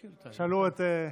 היא מנסה לגייס תמיכה.